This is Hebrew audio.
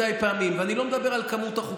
בואו נעשה רפורמה, ובואו נעשה את זה בחוקה.